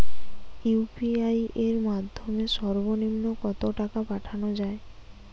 UPI এর মাধ্যমে সর্ব নিম্ন কত টাকা পাঠানো য়ায়?